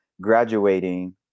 graduating